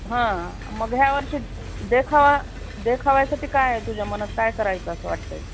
हा मग ह्या वर्षी देखावा देखाव्यासाठी काय आहे तुझ्या मनात काय करायचं असं वाटतं आहे